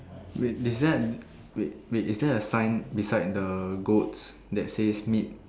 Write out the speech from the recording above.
wait is there we wait wait is there a sign beside the goats that says meat